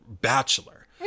bachelor